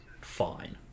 fine